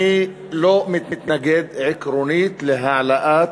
אני לא מתנגד עקרונית להעלאת